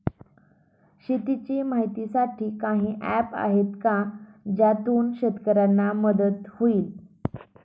शेतीचे माहितीसाठी काही ऍप्स आहेत का ज्यातून शेतकऱ्यांना मदत होईल?